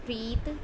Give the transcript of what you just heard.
ਪ੍ਰੀਤ